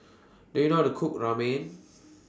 Do YOU know How to Cook Ramen